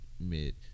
mid